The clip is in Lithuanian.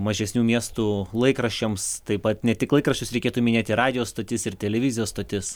mažesnių miestų laikraščiams taip pat ne tik laikraščius reikėtų minėti ir radijo stotis ir televizijos stotis